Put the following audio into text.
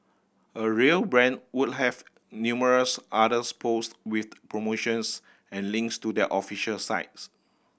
a real brand would have numerous others post with promotions and links to their official sites